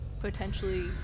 potentially